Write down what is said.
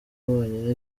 wonyine